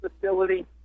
facility